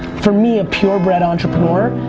for me, a purebred entrepreneur,